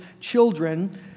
children